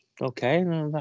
okay